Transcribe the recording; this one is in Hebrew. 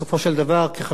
כחבר בקואליציה,